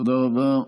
תודה רבה.